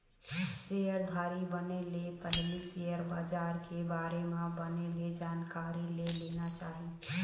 सेयरधारी बने ले पहिली सेयर बजार के बारे म बने ले जानकारी ले लेना चाही